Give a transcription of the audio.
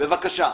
בבקשה.